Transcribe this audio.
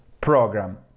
program